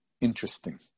interesting